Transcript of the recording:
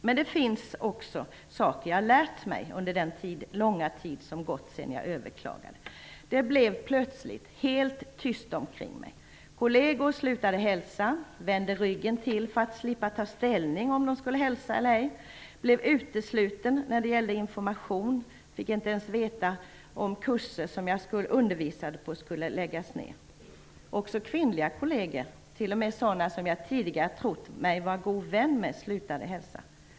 Men det finns också saker jag lärt mig under den långa tid som gått sedan jag överklagade. Det blev plötsligt helt tyst omkring mig. Kolleger slutade hälsa, vände ryggen till för att slippa ta ställning till om de skulle hälsa eller ej. Jag blev utesluten när det gällde information. Jag fick inte ens veta om kurser som jag undervisade på skulle läggas ned. Också kvinnliga kolleger, t.o.m. sådana som jag tidigare trott mig vara god vän med, slutade hälsa.